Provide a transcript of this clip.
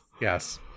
Yes